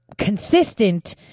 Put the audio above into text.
consistent